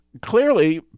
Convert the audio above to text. clearly